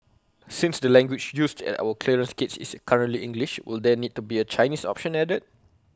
since the language used at our clearance gates is currently English will there need to be A Chinese option added